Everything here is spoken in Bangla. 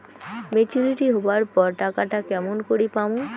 মেচুরিটি হবার পর টাকাটা কেমন করি পামু?